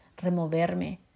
removerme